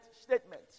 statement